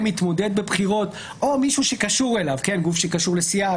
מתמודד או מישהו שקשור אליו דוגמת גוף שקשור לסיעה,